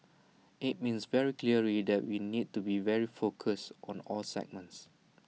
IT means very clearly that we need to be very focused on all segments